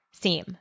seam